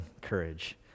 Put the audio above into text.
courage